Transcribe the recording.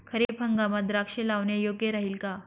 खरीप हंगामात द्राक्षे लावणे योग्य राहिल का?